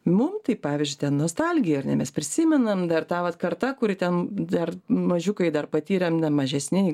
mums tai pavyzdžiui nostalgija ar ne mes prisimenam dar tą vat karta kuri ten dar mažiukai dar patyrėm dar mažesni